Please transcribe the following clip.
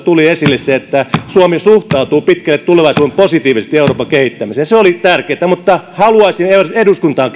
tuli esille se että suomi suhtautuu pitkälle tulevaisuuteen positiivisesti euroopan kehittämiseen se oli tärkeätä mutta haluaisin eduskuntaan